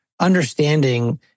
understanding